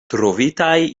trovitaj